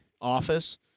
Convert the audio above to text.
office